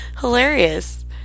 hilarious